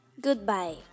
goodbye